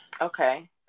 Okay